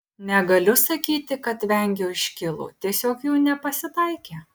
negaliu sakyti kad vengiau iškylų tiesiog jų nepasitaikė